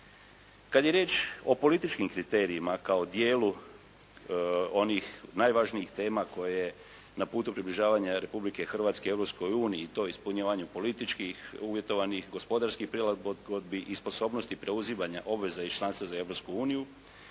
Kad je riječ o političkim kriterijima kao dijelu onih najvažnijih tema koje na putu približavanja Republike Hrvatske Europskoj uniji i to ispunjavanje političkih uvjetovanih gospodarskih prilagodbi i sposobnosti preuzimanja obveza iz članstva za